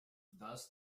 thus